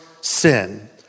sin